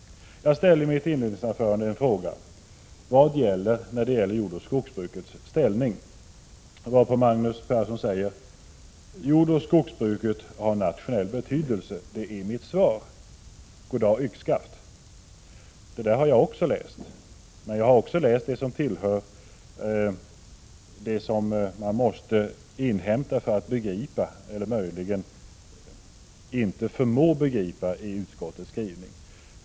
Jag ställde i mitt inledningsanförande frågan: Vad gäller beträffande jordoch skogsbrukets ställning? På det svarade Magnus Persson: Jordoch skogsbruket har nationell betydelse — det är mitt svar. Goddag yxskaft! Det där har också jag läst, men jag har också läst det som man måste inhämta för att begripa — eller möjligen inte förmå begripa — utskottets skrivning.